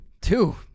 Two